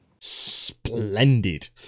Splendid